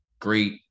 great